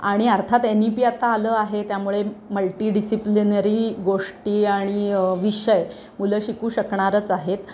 आणि अर्थात N E P आता आलं आहे त्यामुळे मल्टिडिसिप्लिनरी गोष्टी आणि विषय मुलं शिकू शकणारच आहेत